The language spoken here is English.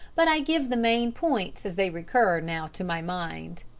but i give the main points as they recur now to my mind.